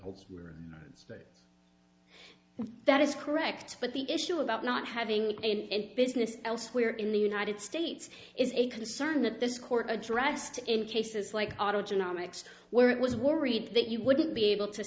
state that is correct but the issue about not having it in business elsewhere in the united states is a concern that this court addressed in cases like outage an homage where it was worried that you wouldn't be able to